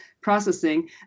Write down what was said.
processing